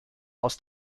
aus